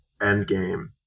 Endgame